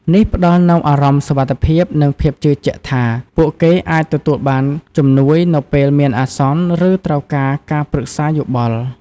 នេះផ្តល់នូវអារម្មណ៍សុវត្ថិភាព និងភាពជឿជាក់ថា ពួកគេអាចទទួលបានជំនួយនៅពេលមានអាសន្ន ឬត្រូវការការប្រឹក្សាយោបល់។